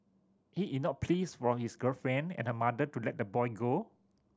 he ignored pleas from his girlfriend and her mother to let the boy go